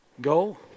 go